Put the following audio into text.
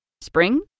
Spring